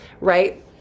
right